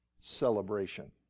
celebration